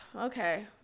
okay